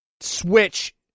Switch